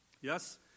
Yes